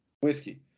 Whiskey